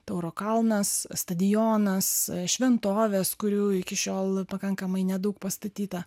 tauro kalnas stadionas šventovės kurių iki šiol pakankamai nedaug pastatyta